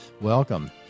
Welcome